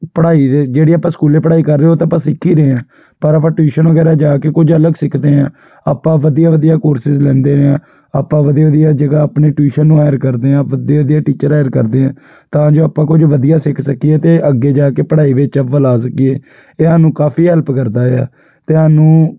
ਪੜ੍ਹਾਈ ਦੇ ਜਿਹੜੀ ਆਪਾਂ ਸਕੂਲੇ ਪੜ੍ਹਾਈ ਕਰ ਰਹੇ ਹਾਂ ਉਹ ਤਾਂ ਆਪਾਂ ਸਿੱਖ ਹੀ ਰਹੇ ਹਾਂ ਪਰ ਆਪਾਂ ਟਿਊਸ਼ਨ ਵਗੈਰਾ ਜਾ ਕੇ ਕੁਝ ਅਲੱਗ ਸਿੱਖਦੇ ਹਾਂ ਆਪਾਂ ਵਧੀਆ ਵਧੀਆ ਕੋਰਸਿਸ ਲੈਂਦੇ ਹਾਂ ਆਪਾਂ ਵਧੀਆ ਵਧੀਆ ਜਗ੍ਹਾ ਆਪਣੀ ਟਿਊਸ਼ਨ ਨੂੰ ਹਾਇਰ ਕਰਦੇ ਹਾਂ ਵਧੀਆ ਵਧੀਆ ਟੀਚਰ ਹਾਇਰ ਕਰਦੇ ਹਾਂ ਤਾਂ ਜੋ ਆਪਾਂ ਕੁਝ ਵਧੀਆ ਸਿੱਖ ਸਕੀਏ ਅਤੇ ਅੱਗੇ ਜਾ ਕੇ ਪੜ੍ਹਾਈ ਵਿੱਚ ਅਵੱਲ ਆ ਸਕੀਏ ਇਹ ਸਾਨੂੰ ਕਾਫ਼ੀ ਹੈਲਪ ਕਰਦਾ ਹੈ ਅਤੇ ਸਾਨੂੰ